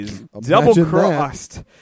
double-crossed